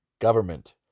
government